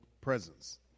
presence